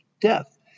Death